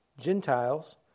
Gentiles